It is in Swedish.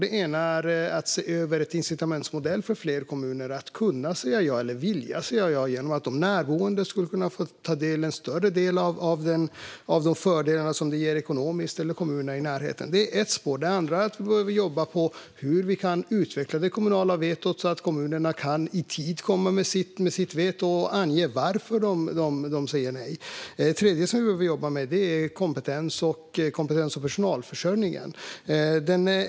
Ett är att se över en incitamentsmodell för fler kommuner att kunna och vilja säga ja genom att de närboende eller kommunerna i närheten skulle kunna få del, eller en större del, av de fördelar som detta ger ekonomiskt. En annan sak vi behöver jobba med är att se hur vi kan utveckla det kommunala vetot så att kommunerna kan komma med sitt veto i tid och ange varför de säger nej. En tredje sak vi behöver jobba med är kompetens och personalförsörjningen.